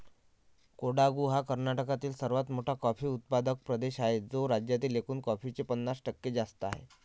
कोडागु हा कर्नाटकातील सर्वात मोठा कॉफी उत्पादक प्रदेश आहे, जो राज्यातील एकूण कॉफीचे पन्नास टक्के जास्त आहे